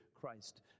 Christ